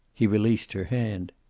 he released her hand.